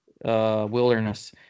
Wilderness